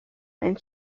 and